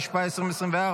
התשפ"ה 2024,